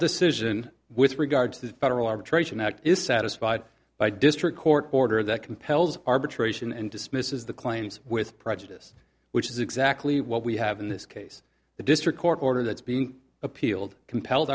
decision with regard to the federal arbitration act is satisfied by district court order that compels arbitration and dismisses the claims with prejudice which is exactly what we have in this case the district court order that's being appealed compelled